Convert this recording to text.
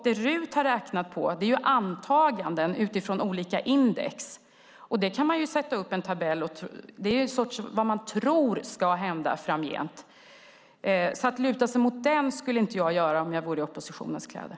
Det RUT har räknat på är antaganden utifrån olika index. Då kan man sätta upp en tabell för vad man tror ska hända framgent. Att luta sig mot den skulle jag inte göra om jag var i oppositionens kläder.